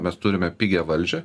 mes turime pigią valdžią